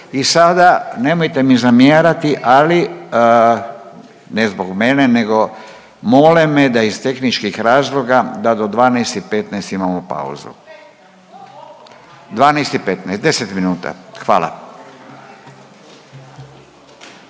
i sada, nemojte mi zamjarati, ali, ne zbog mene, nego mole me da iz tehničkih razloga, da do 12:15 imamo pauzu. 12:15, 10 minuta. Hvala.